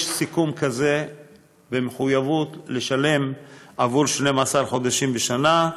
יש סיכום כזה ומחויבות לשלם עבור 12 חודשים בשנה,